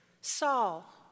Saul